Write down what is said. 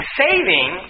saving